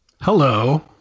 Hello